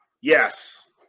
Yes